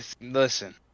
listen